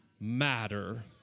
matter